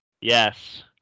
Yes